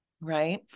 right